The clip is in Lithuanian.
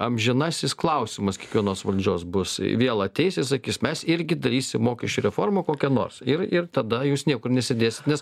amžinasis klausimas kiekvienos valdžios bus vėl ateis ir sakys mes irgi darysim mokesčių reformą kokią nors ir ir tada jūs niekur nesidėsit nes